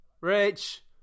rich